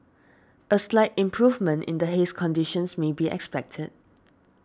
a slight improvement in the haze conditions may be expected